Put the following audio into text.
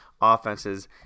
offenses